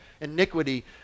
iniquity